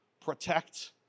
protect